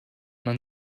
man